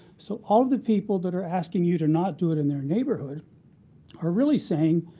so all of the people that are asking you to not do it in their neighborhood are really saying,